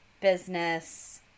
business